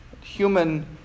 Human